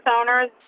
owners